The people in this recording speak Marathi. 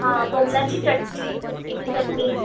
हां बोंबलाची चटणी सुकटीची चटणी